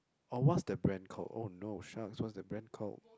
or what's the brand called oh no sharks what's the brand called